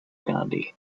gandhi